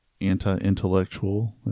anti-intellectual